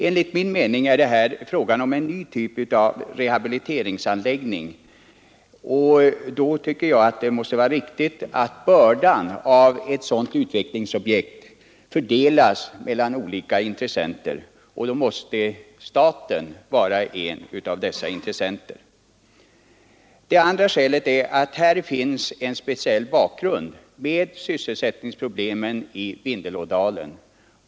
Enligt min mening gäller det här en ny typ av rehabiliteringsanläggning, och jag tycker att det måste vara riktigt att bördan av ett sådant utvecklingsobjekt fördelas mellan olika intressenter. Staten måste vara en av dessa intressenter. Det andra skälet är sysselsättningsproblem i Vindelådalen.